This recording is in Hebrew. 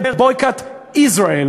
הארגון שונא ישראל הזה, אומר: boycott Israel.